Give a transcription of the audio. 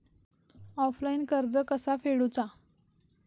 Offline कर्ज कसा फेडूचा?